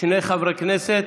שני חברי כנסת.